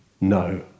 no